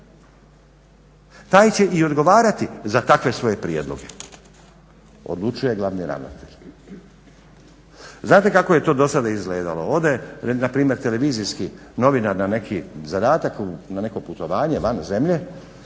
Taj će i odgovarati za takve svoje prijedloge, odlučuje glavni ravnatelj. Znate kako je to do sada izgledalo? Ode npr. televizijski novinar na neki zadatak, na neko putovanje van zemlje,